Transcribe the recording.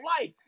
life